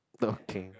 okay